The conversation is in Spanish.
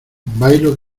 bailo